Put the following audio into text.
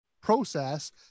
process